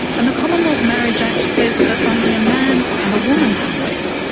and the commonwealth marriage act says that only a man and a woman can wed.